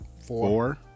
four